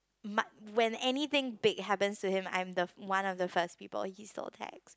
when anything big happens to him I'm the one of the first people he still texts